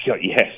Yes